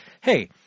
hey